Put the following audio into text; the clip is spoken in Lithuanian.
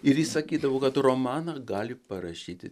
ir jis įsakydavo kad romaną gali parašyti